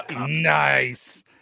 Nice